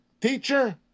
teacher